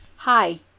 Hi